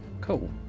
cool